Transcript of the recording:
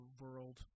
world